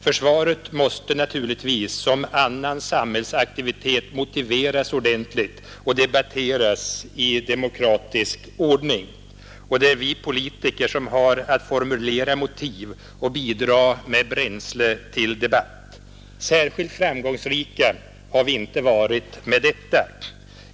Försvaret måste naturligtvis som annan samhällsaktivitet motiveras ordentligt och debatteras i demokratisk ordning, och det är vi politiker som har att formulera motiv och bidra med bränsle till debatten. Särskilt framgångsrika har vi inte varit med detta.